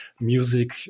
music